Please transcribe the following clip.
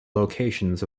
locations